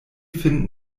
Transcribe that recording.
finden